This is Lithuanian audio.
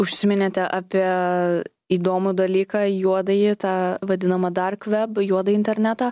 užsiminėte apie įdomų dalyką juodąjį tą vadinamą dark veb juodąjį internetą